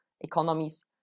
economies